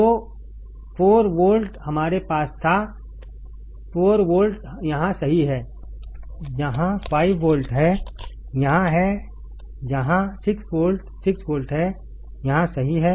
तो 4 वोल्ट हमारे पास था 4 वोल्ट यहाँ सही है जहाँ 5 वोल्ट है 5 वोल्ट यहाँ है जहाँ 6 वोल्ट 6 वोल्ट है यहाँ सही है